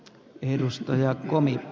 arvoisa herra puhemies